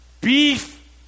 beef